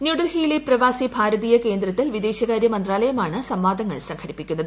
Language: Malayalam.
ന്യൂഡ്ൽഹിയിലെ പ്രവാസി ഭാരതീയ കേന്ദ്രത്തിൽ വിദേശ കാര്യ മന്ത്രമാണ് സംവാദങ്ങൾ സംഘടിപ്പിക്കുന്നത്